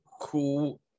cool